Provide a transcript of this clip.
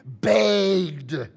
Begged